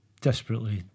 desperately